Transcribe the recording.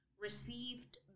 received